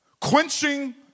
Quenching